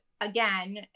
again